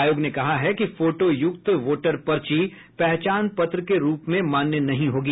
आयोग ने कहा है कि फोटोयुक्त वोटर पर्ची पहचान पत्र के रूप में मान्य नहीं होगी